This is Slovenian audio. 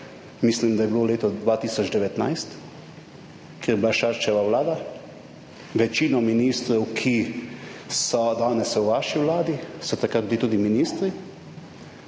mislim, da je bilo leto 2019, kjer je bila Šarčeva vlada, večino ministrov, ki so danes v vaši Vladi, so takrat bili tudi ministri,